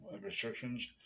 restrictions